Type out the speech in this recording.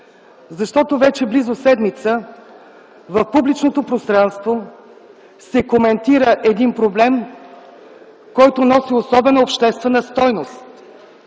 Защото вече близо седмица в публичното пространство се коментира един проблем, който носи особена обществена стойност.